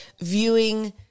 viewing